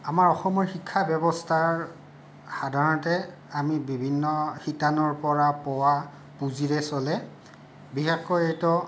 আমাৰ অসমৰ শিক্ষাব্যৱস্থাৰ সাধাৰণতে আমি বিভিন্ন শিতানৰ পৰা পোৱা পুঁজিৰে চলে বিশেষকৈ এইটো